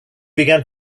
began